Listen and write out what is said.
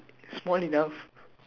small enough